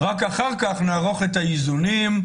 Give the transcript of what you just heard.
רק אחר כך נערוך את האיזונים,